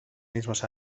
mismos